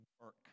work